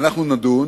אנחנו נדון